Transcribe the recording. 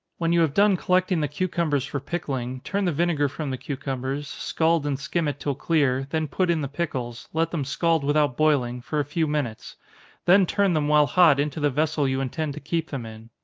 when you have done collecting the cucumbers for pickling, turn the vinegar from the cucumbers, scald and skim it till clear, then put in the pickles, let them scald without boiling, for a few minutes then turn them while hot into the vessel you intend to keep them in.